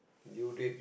due date